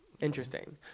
Interesting